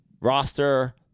Roster